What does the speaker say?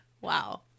wow